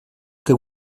que